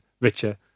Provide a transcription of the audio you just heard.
richer